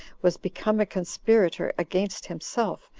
was become a conspirator against himself,